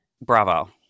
Bravo